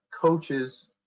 coaches